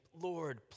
Lord